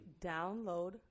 download